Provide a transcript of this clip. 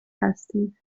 هستید